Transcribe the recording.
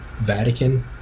Vatican